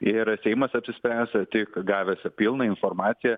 ir seimas apsispręs tik gavęs pilną informaciją